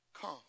Come